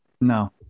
No